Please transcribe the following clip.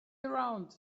around